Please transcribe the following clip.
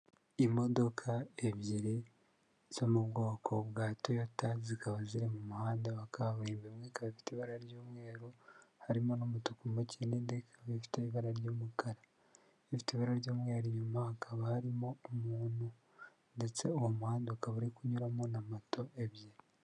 Imodoka ebyiri zo mu bwoko bwa toyota zikaba ziri mu muhanda wa kaburimbo imwe ikaba ifite ibara ry'umweru harimo n'umutuku muke nindi ikaba ifite ibara ry'umukara ifite ibara ry'umweru inyuma hakaba harimo umuntu ndetse uwo muhanda ukaba uri kunyuramo na moto ebyiri.